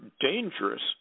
dangerous